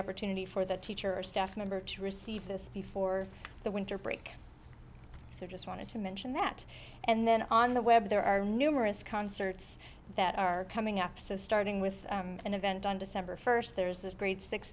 opportunity for the teacher or staff member to receive this before the winter break so i just wanted to mention that and then on the web there are numerous concerts that are coming up so starting with an event on december first there is this great six